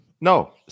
No